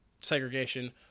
segregation